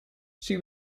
she